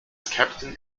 captain